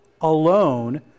alone